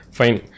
fine